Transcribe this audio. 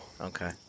Okay